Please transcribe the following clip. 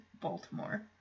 Baltimore